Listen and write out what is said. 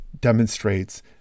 demonstrates